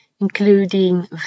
including